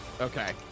Okay